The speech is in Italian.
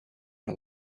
una